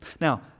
Now